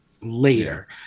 later